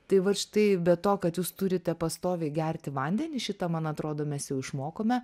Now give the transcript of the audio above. tai vat štai be to kad jūs turite pastoviai gerti vandenį šitą man atrodo mes jau išmokome